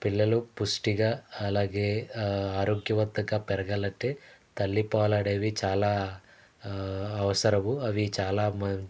పిల్లలు పుష్టిగా అలాగే ఆరోగ్యవంతంగా పెరగాలంటే తల్లిపాలనేవి చాలా అవసరము అవి చాలా మంచి